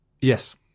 yes